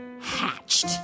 hatched